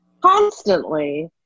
constantly